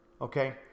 okay